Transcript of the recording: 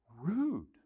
rude